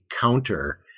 counter